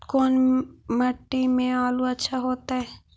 कोन मट्टी में आलु अच्छा होतै?